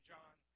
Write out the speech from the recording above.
John